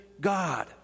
God